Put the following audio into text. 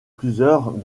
plusieurs